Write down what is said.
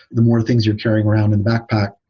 the more things you're carrying around in backpack,